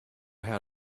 how